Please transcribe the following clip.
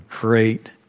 great